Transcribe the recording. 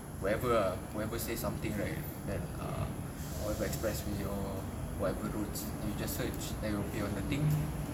whoever ah whoever say something right then err or the expressway or whatever roads and you just search they will appear on the thing